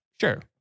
Sure